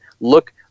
Look